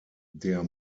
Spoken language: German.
der